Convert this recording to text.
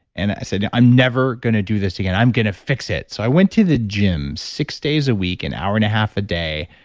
and i said, i'm never going to do this again. i'm going to fix it. so i went to the gym six days a week an hour and a half a day.